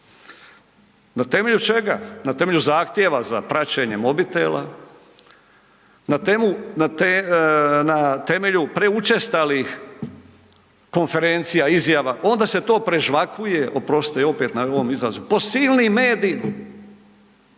Na temelju čega? Na temelju zahtjeva za praćenje mobitelja, na temelju preučestalih konferencija, izjava, onda se to prežvakuje, oprostite opet na ovom izrazu, po silnim mediji,